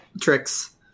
tricks